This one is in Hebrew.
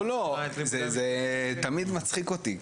לא, לא, זה תמיד מצחיק אותי.